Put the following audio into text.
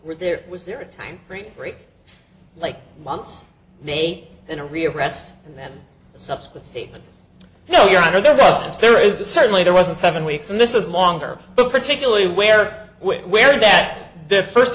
where there was there a time period break like months may in a rearrest and then the subsequent statement you know your honor there wasn't there is certainly there wasn't seven weeks and this is longer but particularly where where that the first